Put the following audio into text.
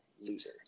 loser